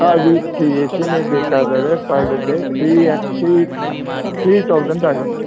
ಹಾಂ with a ಸಿನೇ ಬೇಕಾದಾಗ per day three uh three three thousand ಆಗುತ್ತೆ